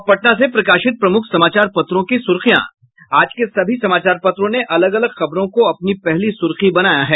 अब पटना से प्रकाशित प्रमुख समाचार पत्रों की सुर्खियां आज के सभी समाचार पत्रों ने अलग अलग खबरों को अपनी पहली सूर्खी बनायी है